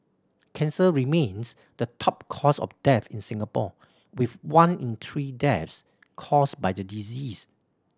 cancer remains the top cause of death in Singapore with one in three deaths caused by the disease